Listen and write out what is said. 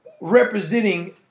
representing